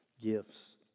gifts